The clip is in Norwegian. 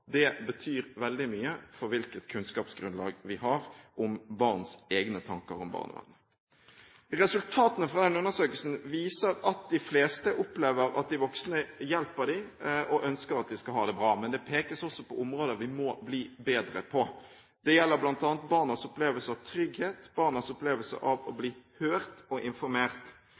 Det betyr veldig mye for hvilket kunnskapsgrunnlag vi har om barns egne tanker om barnevernet. Resultatene fra undersøkelsen viser at de fleste opplever at de voksne hjelper dem og ønsker at de skal ha det bra. Men det pekes også på områder vi må bli bedre på. Det gjelder bl.a. barnas opplevelse av trygghet, og barnas opplevelse av å bli hørt og informert.